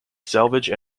salvage